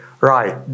right